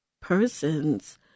persons